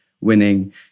Winning